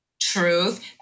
Truth